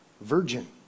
virgin